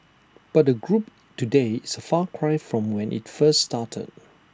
but the group today is A far cry from when IT first started